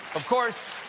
of course,